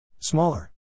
smaller